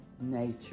nature